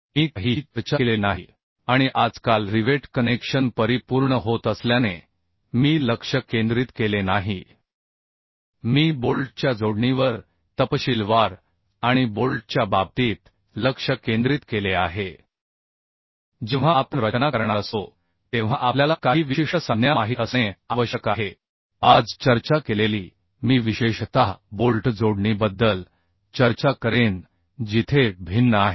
मी काहीही चर्चा केलेली नाही आणि आजकाल रिवेट कनेक्शन परिपूर्ण होत असल्याने मी लक्ष केंद्रित केले नाही मी बोल्टच्या जोडणीवर तपशीलवार आणि बोल्टच्या बाबतीत लक्ष केंद्रित केले आहे जेव्हा आपण रचना करणार असतो तेव्हा आपल्याला काही विशिष्ट संज्ञा माहित असणे आवश्यक आहे आज चर्चा केलेली मी विशेषतः बोल्ट जोडणीबद्दल चर्चा करेन जिथे भिन्न आहेत